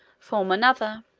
form another.